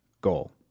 goal